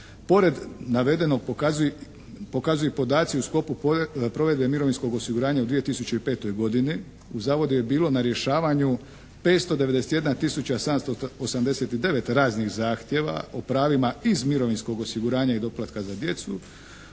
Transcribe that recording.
Pored navedenog pokazuju i podaci u sklopu provedbe mirovinskog osiguranja u 2005. godini. U Zavodu je bilo na rješavanju 591 tisuća 789 raznih zahtjeva o pravima iz mirovinskog osiguranja i doplatka za djecu